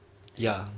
ya